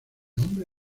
nombre